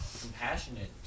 compassionate